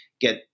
get